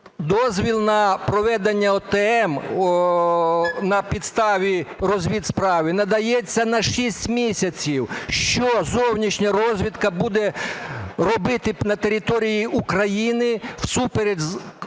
Дозвіл на проведення ОТМ на підставі розвідсправи надається на 6 місяців. Що зовнішня розвідка буде робити на території України всупереч